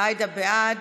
עאידה, בעד,